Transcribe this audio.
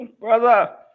Brother